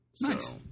nice